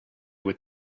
were